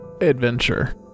Adventure